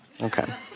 Okay